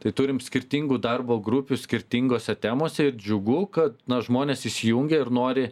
tai turim skirtingų darbo grupių skirtingose temose ir džiugu kad žmonės įsijungia ir nori